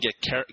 get